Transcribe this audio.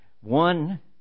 One